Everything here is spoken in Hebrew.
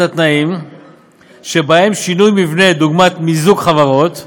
התנאים שבהם שינויי מבנה דוגמת מיזוג חברות,